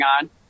on